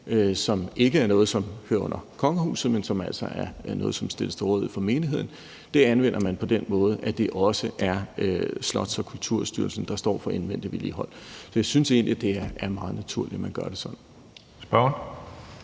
som ikke er noget, der hører under kongehuset, men som altså er noget, der stilles til rådighed for menigheden. Det anvender man på den måde, at det også er Slots- og Kulturstyrelsen, der står for indvendig vedligehold. Så jeg synes egentlig, det er meget naturligt, at man gør det sådan.